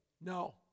no